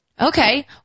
Okay